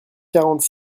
quarante